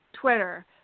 Twitter